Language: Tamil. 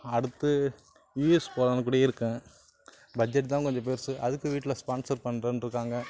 அடுத்து யூஎஸ் போகலானு கூட இருக்கேன் பட்ஜெட் தான் கொஞ்சம் பெருசு அதுக்கும் வீட்டில ஸ்பான்சர் பண்ணுறேன்ருக்காங்க